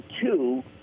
two